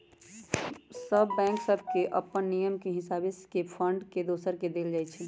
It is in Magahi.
सभ बैंक सभके अप्पन नियम के हिसावे से फंड एक दोसर के देल जाइ छइ